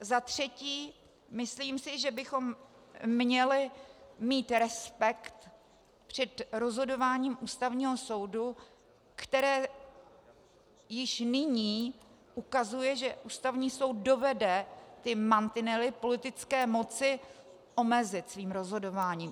Za třetí, myslím si, že bychom měli mít respekt před rozhodováním Ústavního soudu, které již nyní ukazuje, že Ústavní soud dovede ty mantinely politické moci omezit svým rozhodováním.